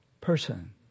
person